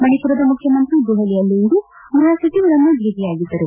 ಮಣಿಪುರದ ಮುಖ್ಯಮಂತ್ರಿ ದೆಹಲಿಯಲ್ಲಿ ಇಂದು ಗೃಹ ಸಚಿವರನ್ನು ಭೇಟಿಯಾಗಿದ್ದರು